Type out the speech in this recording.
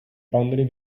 boundary